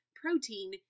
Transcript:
protein